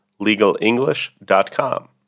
legalenglish.com